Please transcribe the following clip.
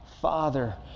Father